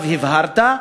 ועכשיו הבהרת,